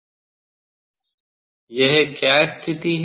यह क्या स्थिति है